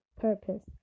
purpose